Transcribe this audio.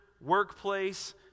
workplace